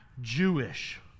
Jewish